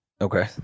Okay